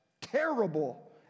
Terrible